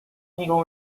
legal